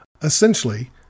Essentially